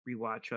rewatch